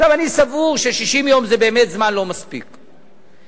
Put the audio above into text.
אני סבור ש-60 יום זה באמת לא מספיק זמן,